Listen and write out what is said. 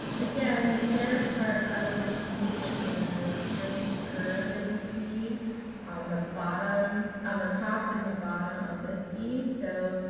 again the serif part of the b is the straight curve that you see on the bottom on the top and the bottom of this b, so